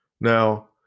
Now